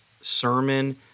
sermon